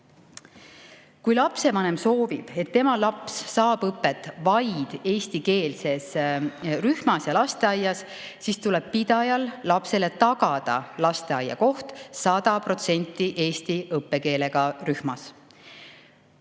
Kui lapsevanem soovib, et tema laps saab õpet vaid eestikeelses rühmas ja lasteaias, siis tuleb pidajal lapsele tagada lasteaiakoht 100% eesti õppekeelega rühmas.